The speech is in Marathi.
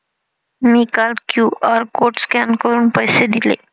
मी काल क्यू.आर कोड स्कॅन करून पैसे दिले